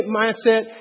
mindset